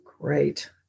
Great